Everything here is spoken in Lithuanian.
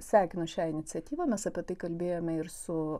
sveikinu šią iniciatyvą mes apie tai kalbėjome ir su